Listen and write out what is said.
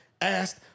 Asked